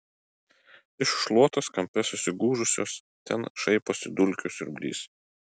iš šluotos kampe susigūžusios ten šaiposi dulkių siurblys